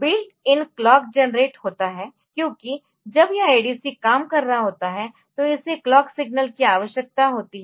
built in clock generate होता है क्योंकि जब यह ADC काम कर रहा होता है तो इसे क्लॉक सिग्नल की आवश्यकता होती है